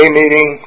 meeting